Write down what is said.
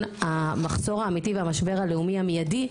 המחסור האמיתי והמשבר הלאומי המיידי,